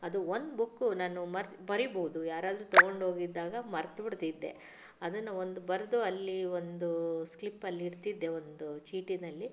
ಅದು ಒಂದು ಬುಕ್ ನಾನು ಮರೆತು ಮರೀಬಹುದು ಯಾರಾದರೂ ತಗೊಂಡು ಹೋಗಿದ್ದಾಗ ಮರೆತು ಬಿಡ್ತಿದ್ದೆ ಅದನ್ನು ಒಂದು ಬರೆದು ಅಲ್ಲಿ ಒಂದು ಸ್ಲಿಪ್ಪಲ್ಲಿ ಇಡ್ತಿದ್ದೆ ಒಂದು ಚೀಟಿಯಲ್ಲಿ